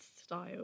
style